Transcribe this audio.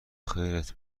خیرت